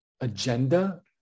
agenda